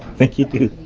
think you do